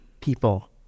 people